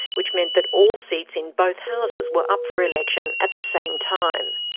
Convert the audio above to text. which meant that all seats in both houses were up for election at the same time.